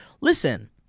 listen